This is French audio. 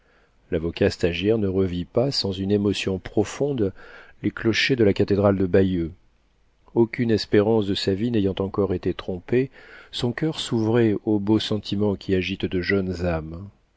l'avocat stagiaire ne revit pas sans une émotion profonde les clochers de la cathédrale de bayeux aucune espérance de sa vie n'ayant encore été trompée son coeur s'ouvrait aux beaux sentiments qui agitent de jeunes âmes